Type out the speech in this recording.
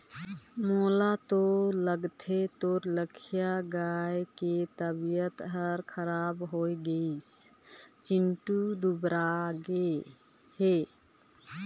मोला तो लगथे तोर लखिया गाय के तबियत हर खराब होये गइसे निच्च्ट दुबरागे हे